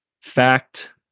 fact